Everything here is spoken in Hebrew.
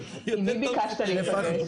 -- עם מי ביקשת להיפגש?